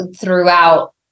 throughout